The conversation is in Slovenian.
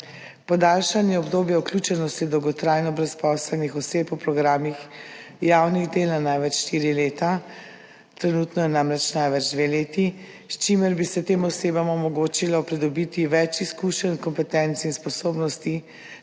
podaljšanje obdobja vključenosti dolgotrajno brezposelnih oseb v programih javnih del na največ štiri leta, trenutno je namreč največ dve leti, s čimer bi se tem osebam omogočilo pridobiti več izkušenj, kompetenc in sposobnosti